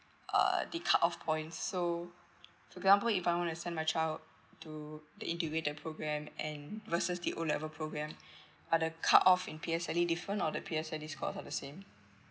uh the cut off point so for example if I want to send my child to the integrated program and versus the O level program are the cut off in P_S_L_E different or the P_S_L_E course are the same